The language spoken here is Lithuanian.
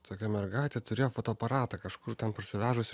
tokia mergaitė turėjo fotoaparatą kažkur ten parsivežusi